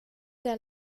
der